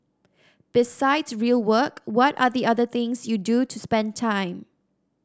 besides real work what are the other things you do to spend time